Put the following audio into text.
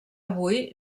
avui